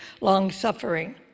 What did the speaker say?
long-suffering